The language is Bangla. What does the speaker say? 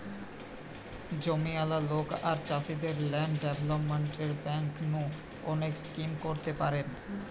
জমিয়ালা লোক আর চাষীদের ল্যান্ড ডেভেলপমেন্ট বেঙ্ক নু অনেক স্কিম করতে পারেন